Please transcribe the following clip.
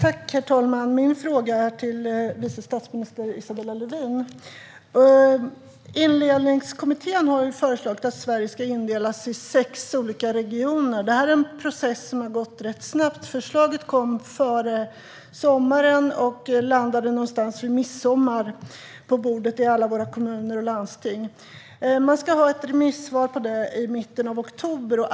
Herr talman! Min fråga går till vice statsminister Isabella Lövin. Indelningskommittén har föreslagit att Sverige ska indelas i sex olika regioner. Det är en process som har gått rätt snabbt. Förslaget kom före sommaren och landade någonstans vid midsommar på bordet i alla våra kommuner och landsting. Man vill ha remissvar på förslaget i mitten av oktober.